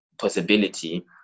possibility